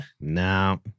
No